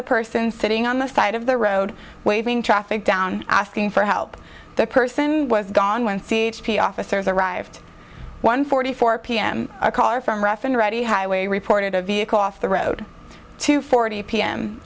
a person sitting on the side of the road waving traffic down asking for help the person was gone when c h p officers arrived one forty four p m a car from rough and ready highway reported a vehicle off the road two forty p